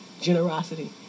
generosity